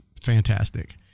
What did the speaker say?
fantastic